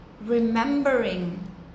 remembering